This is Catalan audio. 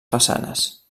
façanes